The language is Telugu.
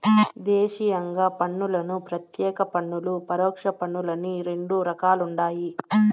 దేశీయంగా పన్నులను ప్రత్యేక పన్నులు, పరోక్ష పన్నులని రెండు రకాలుండాయి